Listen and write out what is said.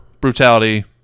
brutality